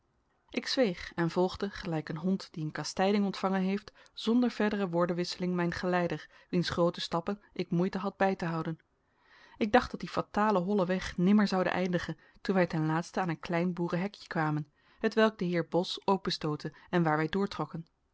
ik zweeg en volgde gelijk een hond die een kastijding ontvangen heeft zonder verdere woordenwisseling mijn geleider wiens groote stappen ik moeite had bij te houden ik dacht dat die fatale holle weg nimmer zoude eindigen toen wij ten laatste aan een klein boerenhekje kwamen hetwelk de heer bos openstootte en waar wij doortrokken